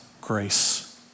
grace